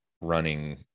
running